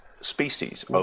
species